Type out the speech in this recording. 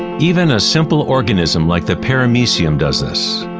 even a simple organism like the paramecium does this.